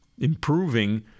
improving